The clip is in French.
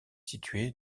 située